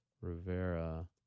Rivera